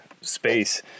space